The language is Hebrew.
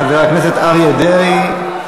חבר הכנסת אריה דרעי,